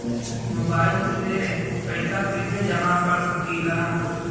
Mobile से भी ऋण के पैसा जमा कर सकी ला?